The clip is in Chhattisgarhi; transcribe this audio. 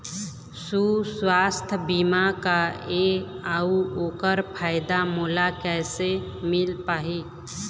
सुवास्थ बीमा का ए अउ ओकर फायदा मोला कैसे मिल पाही?